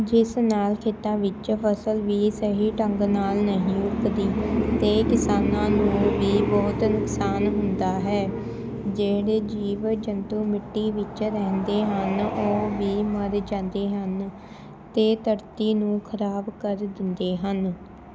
ਜਿਸ ਨਾਲ ਖੇਤਾਂ ਵਿੱਚ ਫਸਲ ਵੀ ਸਹੀ ਢੰਗ ਨਾਲ ਨਹੀਂ ਉੱਗਦੀ ਅਤੇ ਕਿਸਾਨਾਂ ਨੂੰ ਵੀ ਬਹੁਤ ਨੁਕਸਾਨ ਹੁੰਦਾ ਹੈ ਜਿਹੜੇ ਜੀਵ ਜੰਤੂ ਮਿੱਟੀ ਵਿੱਚ ਰਹਿੰਦੇ ਹਨ ਉਹ ਵੀ ਮਰ ਜਾਂਦੇ ਹਨ ਅਤੇ ਧਰਤੀ ਨੂੰ ਖ਼ਰਾਬ ਕਰ ਦਿੰਦੇ ਹਨ